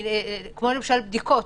כמו למשל בדיקות.